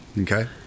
Okay